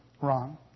Wrong